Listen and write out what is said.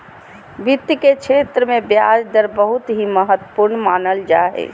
वित्त के क्षेत्र मे ब्याज दर बहुत ही महत्वपूर्ण मानल जा हय